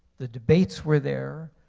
the debates were there.